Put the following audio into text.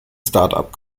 startup